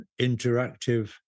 interactive